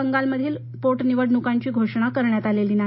बंगालमधील उपनिवडणूकांची घोषणा करण्यात आलेली नाही